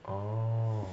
orh